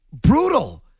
Brutal